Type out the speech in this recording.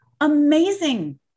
amazing